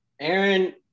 Aaron